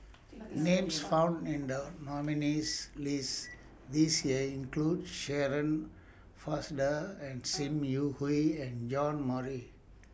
Names found in The nominees' list This Year include Shirin Fozdar and SIM Yi Hui and John Morrice